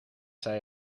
zij